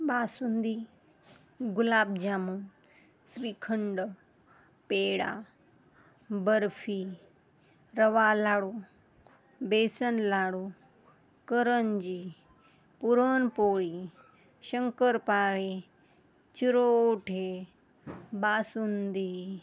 basundi gulab jamun shrikhand peda barfi rava ladoo besan ladoo karanji puran poli shankarpale chirote basundi